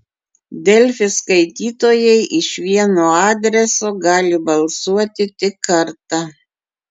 delfi skaitytojai iš vieno adreso gali balsuoti tik kartą